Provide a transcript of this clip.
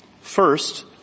First